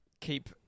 keep